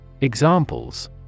Examples